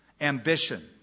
ambition